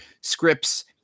scripts